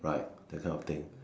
right that kind of thing